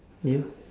you